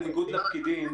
בניגוד לאחרים,